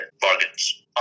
bargains